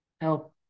help